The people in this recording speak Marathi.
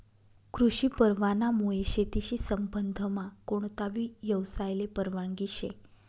कृषी परवानामुये शेतीशी संबंधमा कोणताबी यवसायले परवानगी शे